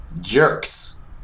Jerks